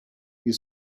you